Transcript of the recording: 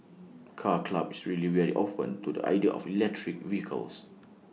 car club is really very open to the idea of electric vehicles